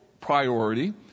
priority